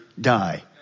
die